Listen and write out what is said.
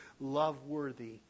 love-worthy